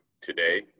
today